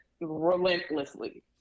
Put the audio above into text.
relentlessly